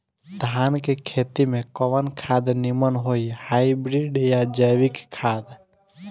धान के खेती में कवन खाद नीमन होई हाइब्रिड या जैविक खाद?